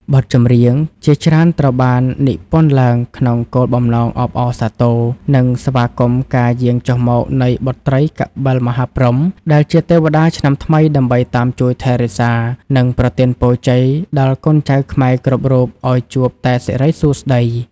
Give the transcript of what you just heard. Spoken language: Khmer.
បទចម្រៀងជាច្រើនត្រូវបាននិពន្ធឡើងក្នុងគោលបំណងអបអរសាទរ និងស្វាគមន៍ការយាងចុះមកនៃបុត្រីកបិលមហាព្រហ្ម ដែលជាទេវតាឆ្នាំថ្មីដើម្បីតាមជួយថែរក្សា និងប្រទានពរជ័យដល់កូនចៅខ្មែរគ្រប់រូបឱ្យជួបតែសិរីសួស្ដី។